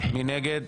מי נגד?